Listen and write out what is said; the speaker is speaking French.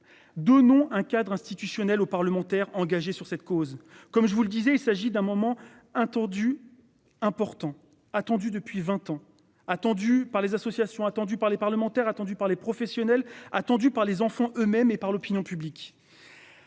De non un cadre institutionnel aux parlementaires engagés sur cette cause comme je vous le disais, il s'agit d'un moment hein tordu. Important, attendu depuis 20 ans, attendu par les associations attendues par les parlementaires attendu par les professionnels, attendu par les enfants eux-mêmes et par l'opinion publique.